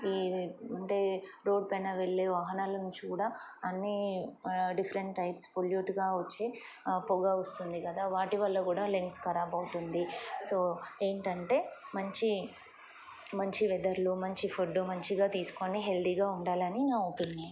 ఈ అంటే రోడ్ పెైన వెళ్ళే వాహనాల నుంచి కూడా అన్నీ డిఫరెంట్ టైప్స్ పొల్యూట్గా వచ్చే పొగ వస్తుంది కదా వాటి వల్ల కూడా లెంగ్స్ కరాబ్ అవుతుంది సో ఏంటంటే మంచి మంచి వెదర్లు మంచి ఫుడ్ మంచిగా తీసుకొని హెల్తీగా ఉండాలని నా ఒపినీయన్